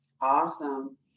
Awesome